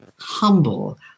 Humble